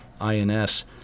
INS